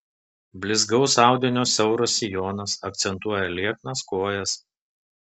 blizgaus audinio siauras sijonas akcentuoja lieknas kojas